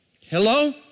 Hello